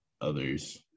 others